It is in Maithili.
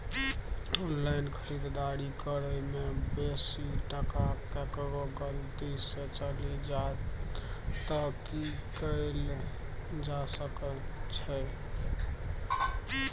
ऑनलाइन खरीददारी करै में बेसी टका केकरो गलती से चलि जा त की कैल जा सकै छै?